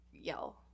yell